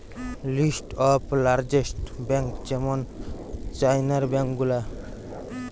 list of largest bank যেমন চাইনার bank গুলা